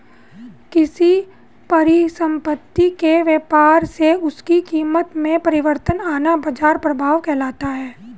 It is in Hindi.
किसी परिसंपत्ति के व्यापार से उसकी कीमत में परिवर्तन आना बाजार प्रभाव कहलाता है